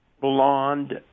blonde